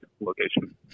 location